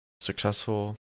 successful